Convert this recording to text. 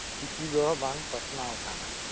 ᱪᱤᱠᱤᱫᱚ ᱵᱟᱝ ᱯᱟᱥᱱᱟᱣ ᱟᱠᱟᱱᱟ